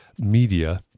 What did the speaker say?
media